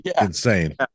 insane